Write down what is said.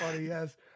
yes